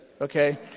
okay